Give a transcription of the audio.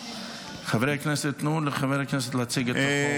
חברי הכנסת, תנו לחבר הכנסת להציג את החוק.